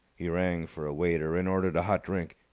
he rang for a waiter and ordered a hot drink.